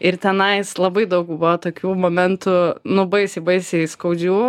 ir tenais labai daug buvo tokių momentų nu baisiai baisiai skaudžių